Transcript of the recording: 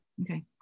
Okay